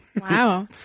wow